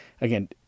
Again